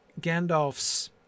Gandalf's